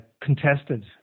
contested